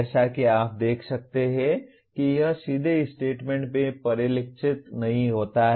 जैसा कि आप देख सकते हैं कि यह सीधे स्टेटमेंट में परिलक्षित नहीं होता है